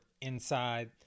inside